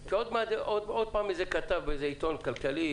כי עוד מעט כתב באיזה עיתון כלכלי